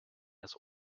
das